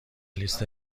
لیست